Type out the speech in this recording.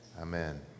Amen